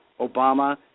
Obama